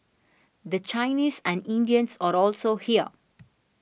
the Chinese and Indians are also here